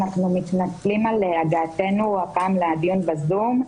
אנחנו מתנצלים על הגעתנו לדיון בזום,